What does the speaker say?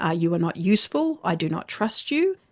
ah you are not useful, i do not trust you.